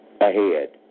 ahead